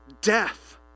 death